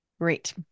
Great